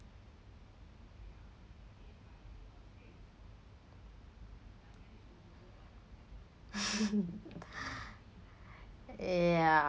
ya